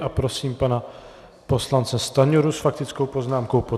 A prosím pana poslance Stanjuru s faktickou poznámkou.